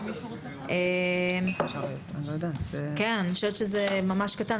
אני חושבת שזה קטן.